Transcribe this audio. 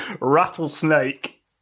rattlesnake